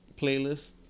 Playlist